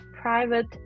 private